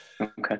okay